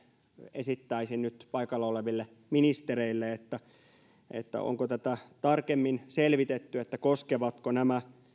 esittäisin nyt paikalla oleville ministereille onko tätä tarkemmin selvitetty koskevatko nämä